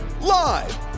Live